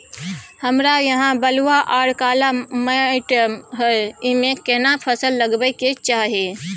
हमरा यहाँ बलूआ आर काला माटी हय ईमे केना फसल लगबै के चाही?